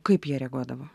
kaip jie reaguodavo